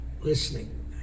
listening